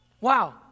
Wow